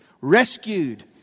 Rescued